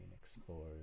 explorers